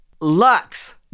Lux